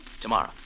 Tomorrow